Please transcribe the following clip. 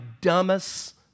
dumbest